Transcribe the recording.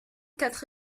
quatre